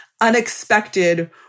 unexpected